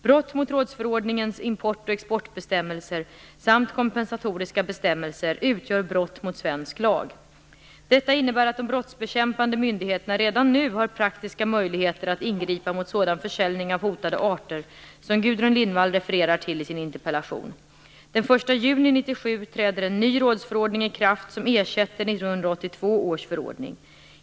Brott mot rådsförordningens import och exportbestämmelser samt kompensatoriska bestämmelser utgör brott mot svensk lag. Detta innebär att de brottsbekämpande myndigheterna redan nu har praktiska möjligheter att ingripa mot sådan försäljning av hotade arter som Gudrun Lindvall refererar till i sin interpellation. Den 1 juni 1997 träder en ny rådsförordning i kraft som ersätter 1982 års förordning.